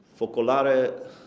Focolare